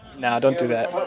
no, don't do that why?